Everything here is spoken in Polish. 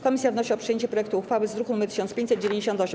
Komisja wnosi o przyjęcie projektu uchwały z druku nr 1598.